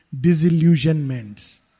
disillusionments